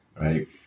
right